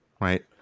Right